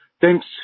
thanks